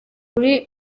kuri